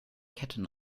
ketten